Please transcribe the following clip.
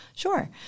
Sure